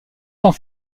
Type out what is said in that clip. tant